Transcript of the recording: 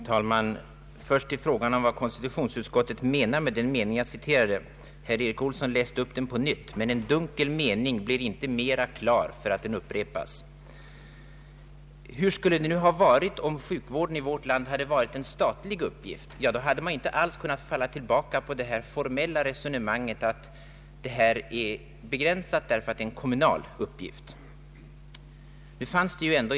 Herr talman! Herr Erik Olsson upprepade den mening som jag citerade ur utskottsutlåtandet. Men en dunkel mening blir inte mer klar därför att den upprepas. Hur skulle det ha sett ut om sjukvården i vårt land hade bedrivits i statlig regi. Då hade man inte som nu kunnat falla tillbaka på det formella resonemanget att sjukvårdens möjligheter här är begränsade därför att den drivs i kommunal regi.